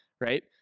right